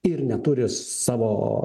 ir neturi savo